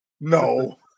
No